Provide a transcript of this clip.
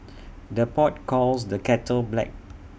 the pot calls the kettle black